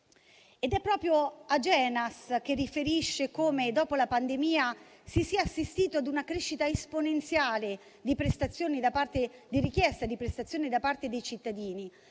È proprio Agenas che riferisce come, dopo la pandemia, si sia assistito ad una crescita esponenziale della richiesta di prestazioni da parte dei cittadini,